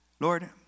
Lord